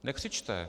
Nekřičte.